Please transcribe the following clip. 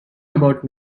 about